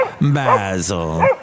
Basil